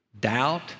doubt